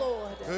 Lord